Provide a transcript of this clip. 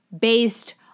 based